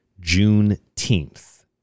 Juneteenth